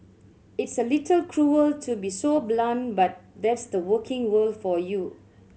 i's a little cruel to be so blunt but that's the working world for you